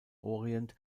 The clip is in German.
orient